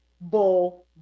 bull